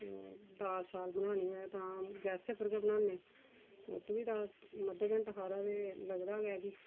ओह् दाल शाल बनानी होऐ तां गैसै उप्पर बनानें उत्त बी दाल अद्धा घैंटा हारा ते लगदा गै फ्ही